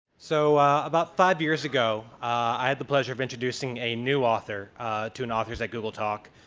so about five years ago, i had the pleasure of introducing a new author to an authors at google talk.